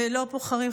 לא בוחרים,